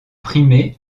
primer